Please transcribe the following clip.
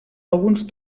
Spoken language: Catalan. alguns